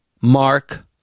Mark